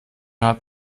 hat